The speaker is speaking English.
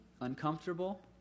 uncomfortable